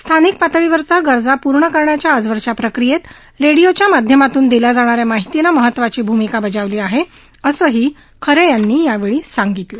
स्थानिक पातळीवरच्या गरजा पूर्ण करण्याच्या आजवरच्या प्रक्रियेत रेडियोच्या माध्यमातून दिल्या जाणाऱ्या माहितीनं महत्वाची भूमिका बजावली आहे असंही खरे यांनी यावेळी सांगितलं